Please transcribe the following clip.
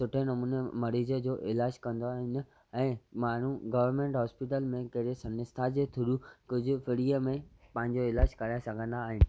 सुठे नमूने मरीज़ जो इलाजु कंदा आहिनि ऐं माण्हू गवर्मेन्ट हॉस्पीटल में केड़े संस्था जे थ्रू कुझु फ्रीअ में पंहिंजो इलाजु कराए सघंदा आहिनि